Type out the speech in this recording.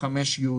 סעיף 5(י)